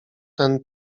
ten